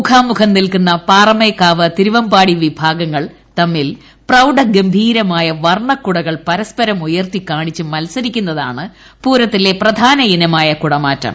മുഖാമുഖം നിൽക്കുന്ന പാറമേക്കാവ് തിരുവമ്പാടി വിഭാഗങ്ങൾ തമ്മിൽ പ്രൌഡഗംഭീരമായ വർണ്ണകുടകൾ പരസ്പ രം ഉയർത്തി കാണിച്ച് മത്സരിക്കുന്നതാണ് പൂരത്തിലെ പ്രധാന ഇനമായ കുടമാറ്റം